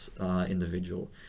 individual